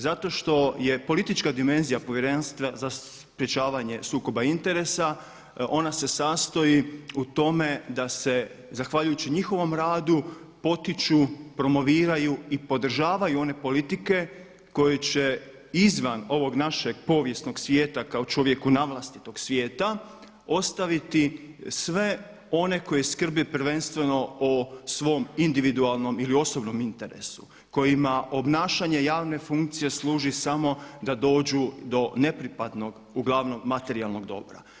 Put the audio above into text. Zato što je politička dimenzija Povjerenstva za sprječavanje sukoba interes ona se sastoji u tome da se zahvaljujući njihovom radu potiču, promoviraju i podržavaju one politike koje će izvan ovog našeg povijesnog svijeta kao čovjeku navlastitog svijeta ostaviti sve one koji skrbe prvenstveno o svom individualnom ili osobnom interesu, kojima obnašanje javne funkcije služi samo da dođu do nepripadnog uglavnom materijalnog dobra.